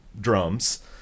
drums